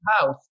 house